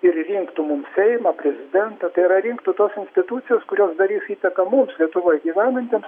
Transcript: ir rinktų mums seimą prezidentą tai yra rinktų tos institucijos kurios darys įtaką mums lietuvoj gyvenantiems